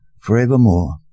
forevermore